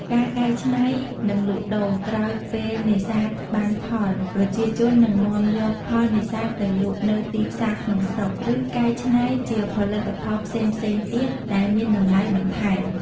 ការកែច្នៃ និងលក់ដូរ ក្រោយពេលនេសាទបានផល ប្រជាជននឹងនាំយកផលនេសាទទៅលក់នៅ ទីផ្សារក្នុងស្រុក ឬកែច្នៃជាផលិតផលផ្សេងៗទៀតដែលមានតម្លៃបន្ថែម។